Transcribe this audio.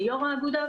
עם יו"ר האגודה,